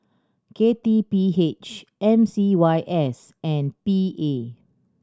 K T P H M C Y S and P A